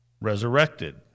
resurrected